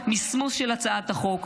מסמוס של הצעת החוק,